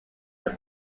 are